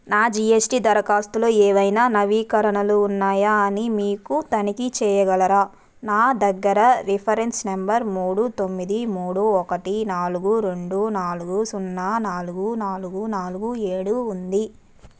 నా G S T దరఖాస్తులో ఏవైనా నవీకరణలు ఉన్నాయా అని మీకు తనిఖీ చేయగలరా నా దగ్గర రిఫరెన్స్ నెంబర్ మూడు తొమ్మిది మూడు ఒకటి నాలుగు రెండు నాలుగు సున్నా నాలుగు నాలుగు నాలుగు ఏడు ఉంది